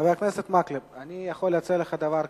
חבר הכנסת מקלב, אני יכול להציע לך דבר כזה.